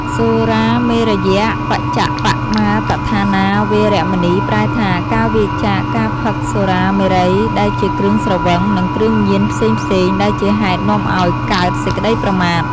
សុរាមេរយមជ្ជប្បមាទដ្ឋានា វេរមណី ប្រែថា ការវៀរចាកការផឹកសុរាមេរ័យ ដែលជា គ្រឿងស្រវឹង និងគ្រឿងញៀនផ្សេងៗ ដែលជាហេតុនាំឲ្យកើតសេចក្តីប្រមាទ។